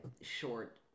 short